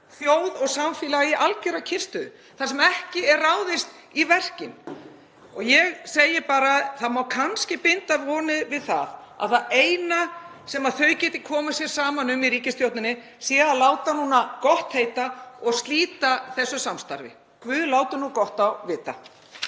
þjóð og samfélag í algjöra kyrrstöðu, þar sem ekki er ráðist í verkin. Ég segi bara: Það má kannski binda vonir við það að það eina sem þau geti komið sér saman um í ríkisstjórninni sé að láta gott heita og slíta þessu samstarfi. Guð láti nú gott á vita.